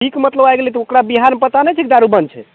पीकऽ मतलब आइ गेलै तऽ ओकरा बिहारमे पता नहि छै कि दारू बन्द छै